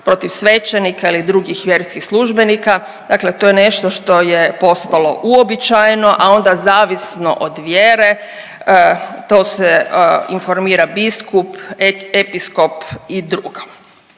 protiv svećenika ili drugih vjerskih službenika, dakle to je nešto što je postalo uobičajeno, a onda zavisno od vjere to se informira biskup, episkop i dr..